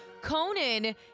Conan